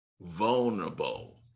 vulnerable